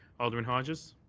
alderman hodges?